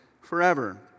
forever